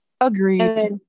Agreed